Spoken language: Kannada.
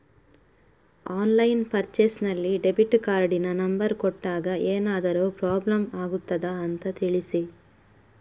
ಆನ್ಲೈನ್ ಪರ್ಚೇಸ್ ನಲ್ಲಿ ಡೆಬಿಟ್ ಕಾರ್ಡಿನ ನಂಬರ್ ಕೊಟ್ಟಾಗ ಏನಾದರೂ ಪ್ರಾಬ್ಲಮ್ ಆಗುತ್ತದ ಅಂತ ತಿಳಿಸಿ?